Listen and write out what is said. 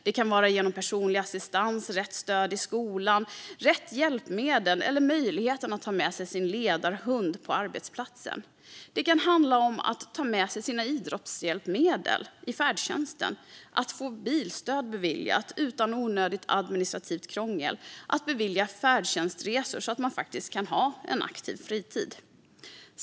Det kan vara genom personlig assistans, rätt stöd i skolan, rätt hjälpmedel eller möjligheten att ta med sig sin ledarhund på arbetsplatsen. Det kan handla om att ta med sig sina idrottshjälpmedel i färdtjänsten, att få bilstöd beviljat utan onödigt administrativt krångel eller beviljas färdtjänstresor så att man faktiskt kan ha en aktiv fritid.